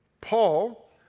Paul